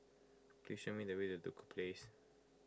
please show me the way to Duku Place